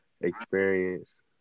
experience